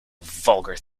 vulgar